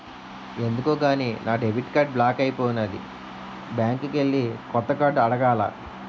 ఎందుకో గాని నా డెబిట్ కార్డు బ్లాక్ అయిపోనాది బ్యాంకికెల్లి కొత్త కార్డు అడగాల